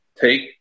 take